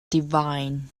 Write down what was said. divine